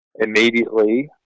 immediately